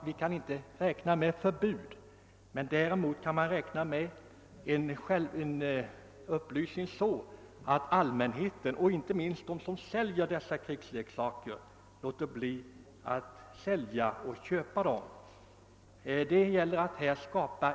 Vi kan inte räkna med något förbud i berörda avseende, men det bör kunna bedrivas en upplysningsverksamhet som syftar inte minst till att de som säljer krigsleksaker upphör att inköpa och utbjuda sådana.